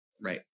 right